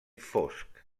fosc